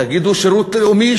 תגידו שירות לאומי,